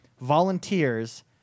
volunteers